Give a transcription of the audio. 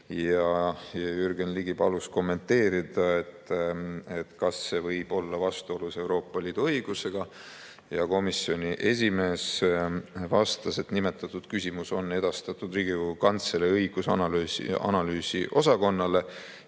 Jürgen Ligi palus kommenteerida, kas see võib olla vastuolus Euroopa Liidu õigusega. Komisjoni esimees vastas, et nimetatud küsimus on edastatud Riigikogu Kantselei õigus‑ ja analüüsiosakonnale.